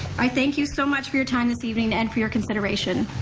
i thank you so much for your time this evening and for your consideration.